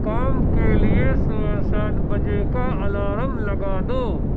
کام کے لیے صُبح سات بجے کا الارم لگا دو